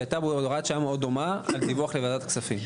שהייתה בו הוראת שעה מאוד דומה על דיווח לוועדת הכספים.